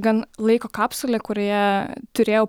gan laiko kapsulė kurioje turėjau